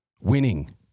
winning